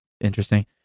interesting